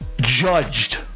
judged